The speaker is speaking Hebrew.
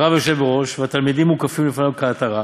הרב יושב בראש והתלמידים מוקפים לפניו כעטרה,